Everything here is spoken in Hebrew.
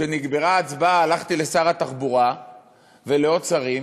כשנגמרה ההצבעה הלכתי לשר התחבורה ולעוד שרים